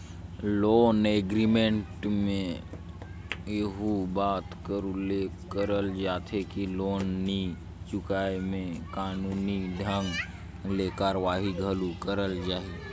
loan agreement में एहू बात कर उल्लेख करल जाथे कि लोन नी चुकाय में कानूनी ढंग ले कारवाही घलो करल जाही